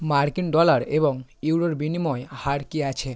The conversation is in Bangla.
মার্কিন ডলার এবং ইউরোর বিনিময় হার কী আছে